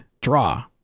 draw